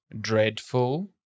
dreadful